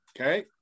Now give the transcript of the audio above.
Okay